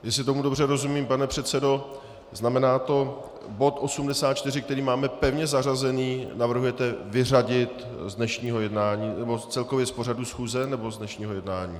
Jestli tomu dobře rozumím, pane předsedo, znamená to bod 84, který máme pevně zařazený, navrhujete vyřadit z dnešního jednání nebo celkově z pořadu schůze, nebo z dnešního jednání?